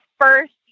first